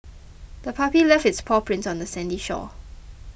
the puppy left its paw prints on the sandy shore